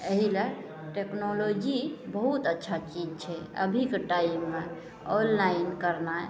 एहिलए टेक्नोलॉजी बहुत अच्छा चीज छै अभीके टाइममे आओर ऑनलाइन करनाइ